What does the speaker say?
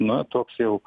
na toks jau